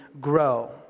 grow